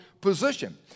position